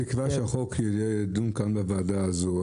בתקווה שהחוק ידון בוועדה הזאת.